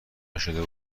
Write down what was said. نشده